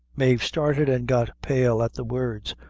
mave started and got pale at the words.